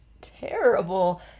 terrible